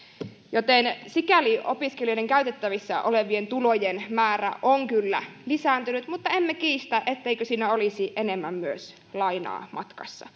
sikäli opiskelijoiden käytettävissä olevien tulojen määrä on kyllä lisääntynyt mutta emme kiistä etteikö siinä olisi enemmän myös lainaa matkassa